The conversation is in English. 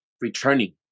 returning